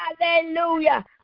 Hallelujah